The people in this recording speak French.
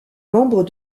membres